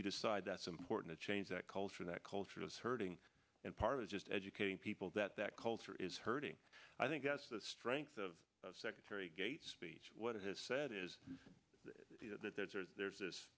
you decide that's important to change that culture that culture is hurting and part of just educating people that that culture is hurting i think that's the strength of secretary gates speech what he has said is that there's there's this